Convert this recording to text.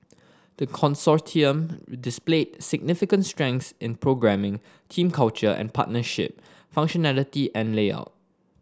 the Consortium displayed significant strengths in programming team culture and partnership functionality and layout